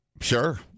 Sure